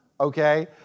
okay